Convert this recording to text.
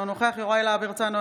אינו נוכח יוראי להב הרצנו,